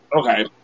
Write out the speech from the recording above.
Okay